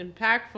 impactful